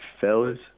fellas